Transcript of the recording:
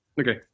Okay